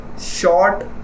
short